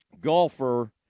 golfer